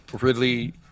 Ridley